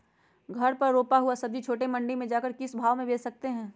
घर पर रूपा हुआ सब्जी छोटे मंडी में जाकर हम किस भाव में भेज सकते हैं?